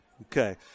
Okay